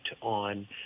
on